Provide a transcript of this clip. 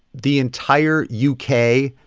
the entire u k.